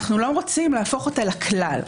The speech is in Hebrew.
אנו לא רוצים להפוך אותה לכלל,